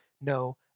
no